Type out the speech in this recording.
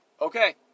Okay